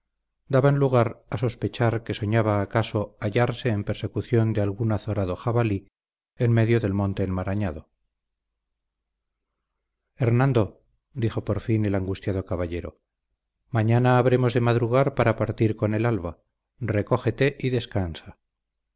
daban lugar a sospechar que soñaba acaso hallarse en persecución de algún azorado jabalí en medio del monte enmarañado hernando dijo por fin el angustiado caballero mañana habremos de madrugar para partir con el alba recógete y descansa